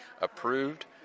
approved